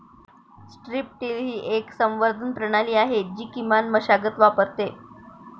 strip till ही एक संवर्धन प्रणाली आहे जी किमान मशागत वापरते